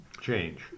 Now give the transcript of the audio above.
change